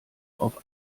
auf